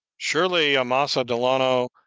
surely, amasa delano,